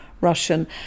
Russian